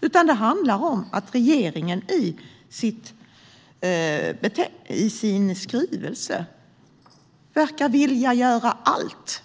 utan det handlar om att regeringen enligt sin skrivelse verkar vilja göra allt.